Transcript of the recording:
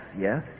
yes